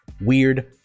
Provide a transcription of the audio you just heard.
weird